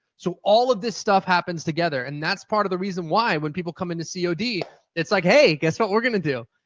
so all of this stuff happens together and that's part of the reason why when people come into cod, it's like, hey! guess what we're going to do?